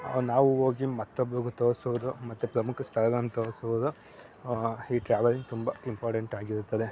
ನಾವು ಹೋಗಿ ಮತ್ತೊಬ್ರಿಗೂ ತೋರಿಸುವುದು ಮತ್ತೆ ಪ್ರಮುಖ ಸ್ಥಳಗಳನ್ನು ತೋರಿಸುವುದು ಈ ಟ್ರಾವಲಿಂಗ್ ತುಂಬ ಇಂಪಾರ್ಟೆಂಟ್ ಆಗಿರುತ್ತದೆ